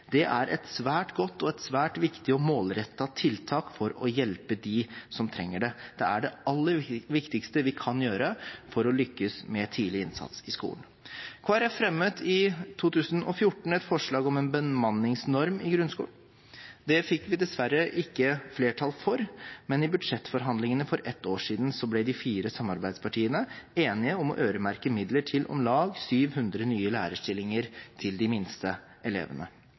er et svært godt og svært viktig og målrettet tiltak for å hjelpe dem som trenger det. Det er det aller viktigste vi kan gjøre for å lykkes med tidlig innsats i skolen. Kristelig Folkeparti fremmet i 2014 et forslag om en bemanningsnorm i grunnskolen. Det fikk vi dessverre ikke flertall for, men i budsjettforhandlingene for ett år siden ble de fire samarbeidspartiene enige om å øremerke midler til om lag 700 nye lærerstillinger til de yngste elevene.